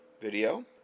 video